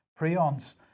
Prions